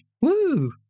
Woo